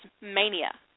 mania